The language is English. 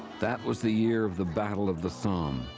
that was the year of the battle of the somme.